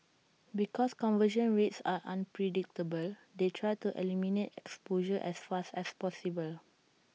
because conversion rates are unpredictable they try to eliminate exposure as fast as possible